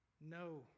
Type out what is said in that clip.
No